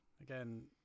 Again